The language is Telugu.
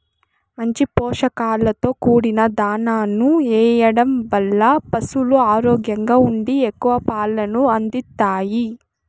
మంచి పోషకాలతో కూడిన దాణాను ఎయ్యడం వల్ల పసులు ఆరోగ్యంగా ఉండి ఎక్కువ పాలను అందిత్తాయి